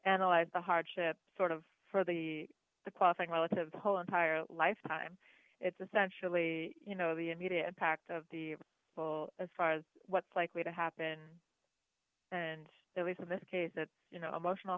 analyze the hardship sort of for the the qualifying relative the whole entire lifetime essentially you know the immediate impact of the will as far as what's likely to happen and that we saw in this case that you know emotional